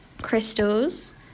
crystals